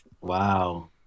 Wow